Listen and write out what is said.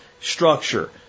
Structure